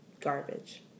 garbage